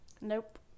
Nope